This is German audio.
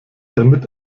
damit